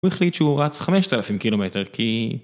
הוא החליט שהוא רץ 5,000 קילומטר כי...